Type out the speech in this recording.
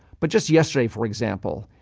but, just yesterday, for example,